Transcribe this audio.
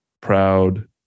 proud